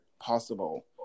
possible